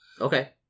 Okay